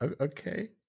Okay